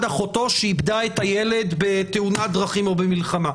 אחותו שאיבדה את הילד בתאונת דרכים או במלחמה?